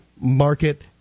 market